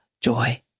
joy